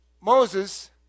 Moses